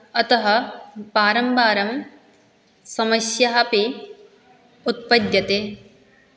अतः वारं वारं समस्या अपि उत्पद्यते